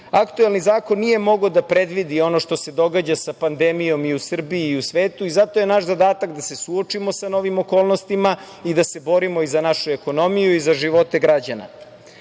zakon nije mogao da predvidi ono što se događa sa pandemijom i u Srbiji i u svetu i zato je naš zadatak da se suočimo sa novim okolnostima i da se borimo za našu ekonomiju i za živote